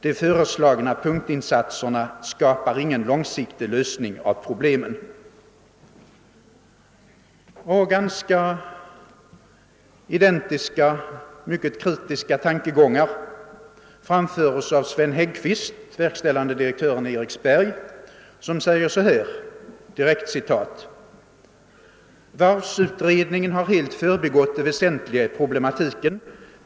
De föreslagna punktinsatserna skapar ingen långsiktig lösning av problemen.» Nästan identiska, mycket kritiska tankar framförs av Sven Häggqvist, verkställande direktör i Eriksberg, som sä-, ger: «Varvsutredningen har helt förbigått det väsentliga i problematiken.